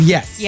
Yes